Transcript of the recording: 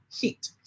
heat